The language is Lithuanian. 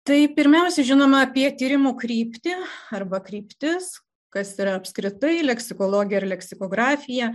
tai pirmiausia žinoma apie tyrimų kryptį arba kryptis kas yra apskritai leksikologija ir leksikografija